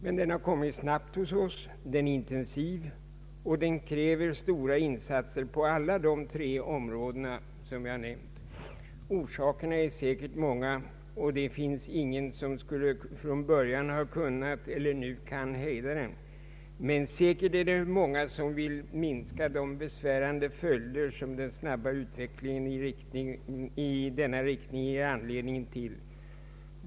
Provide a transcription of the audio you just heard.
Men den har kommit snabbt hos oss, den är intensiv och kräver stora insatser på de tre områden jag nämnt. Orsakerna är säkert många, och det finns ingen som från början skulle ha kunnat eller nu kan hejda den. Säkert är det många som vill minska de besvärande följder som den snabba utvecklingen i denna riktning ger anledning till.